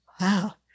Wow